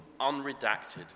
unredacted